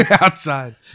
Outside